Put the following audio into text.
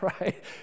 right